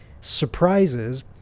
surprises